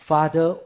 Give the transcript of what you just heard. Father